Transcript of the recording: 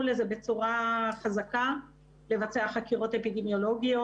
לזה בצורה חזקה לבצע חקירות אפידמיולוגיות.